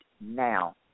now